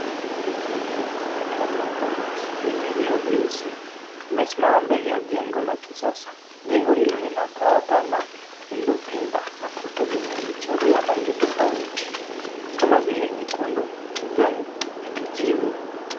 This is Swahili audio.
Gari jeupe aina ya Toyota Hass lenye vioo vyeusi limesimama mbele ya jengo la kisasa. Jengo hilo lina paa pana lililopinda na kuta zenye michoro ya rangi tofauti kama vile nyekundu, kijani na kijivu.